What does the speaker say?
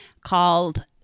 called